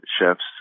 chefs